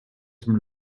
dem